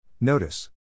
Notice